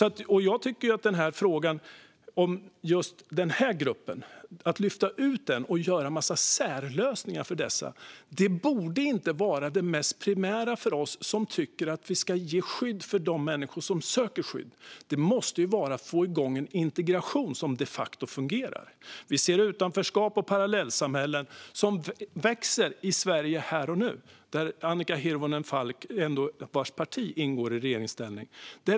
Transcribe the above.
Att lyfta ut just den här gruppen och göra en massa särlösningar för dem borde inte vara det mest primära för oss som tycker att vi ska ge skydd åt de människor som söker skydd och att vi måste få igång en integration som de facto fungerar. Vi ser utanförskap och parallellsamhällen växa här och nu i Sverige, där Annika Hirvonen Falks parti sitter i regeringsställning.